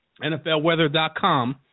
NFLweather.com